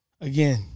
again